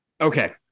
okay